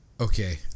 Okay